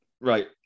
right